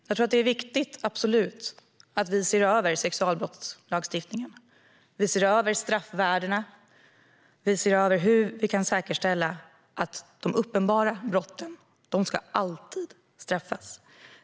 Jag tror absolut att det är viktigt att vi ser över sexualbrottslagstiftningen, straffvärdena och hur vi kan säkerställa att de uppenbara brotten alltid ska straffas.